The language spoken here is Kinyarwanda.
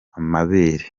amabere